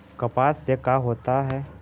कपास से का होता है?